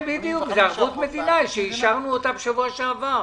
בדיוק, זו ערבות מדינה שאישרנו אותה בשבוע שעבר.